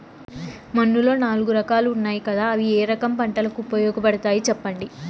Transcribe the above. మన్నులో నాలుగు రకాలు ఉన్నాయి కదా అవి ఏ రకం పంటలకు ఉపయోగపడతాయి చెప్పండి?